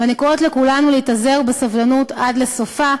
ואני קוראת לכולנו להתאזר בסבלנות עד סופה.